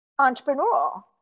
entrepreneurial